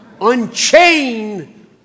Unchain